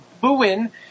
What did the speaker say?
booing